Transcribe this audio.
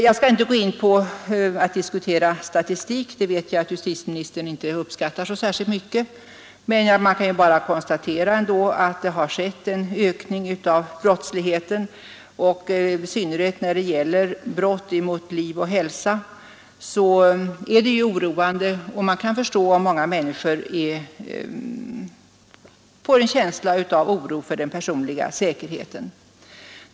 Jag skall inte diskutera statistik — det vet jag att justitieministern inte uppskattar så särskilt mycket — men jag kan ändå konstatera att det har skett en allvarlig ökning av brottsligheten, i synnerhet när det gäller brott mot liv och hälsa. Man kan förstå om många människor får en känsla av oro för den personliga säkerheten.